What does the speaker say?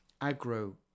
agro